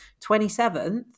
27th